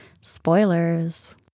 spoilers